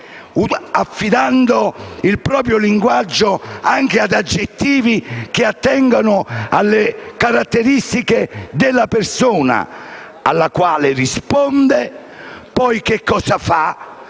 affidando il proprio linguaggio anche ad aggettivi che attengono alle caratteristiche della persona alla quale risponde, e poi che cosa fa?